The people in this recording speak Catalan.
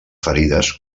ferides